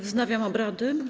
Wznawiam obrady.